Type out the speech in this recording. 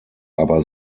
aber